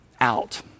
out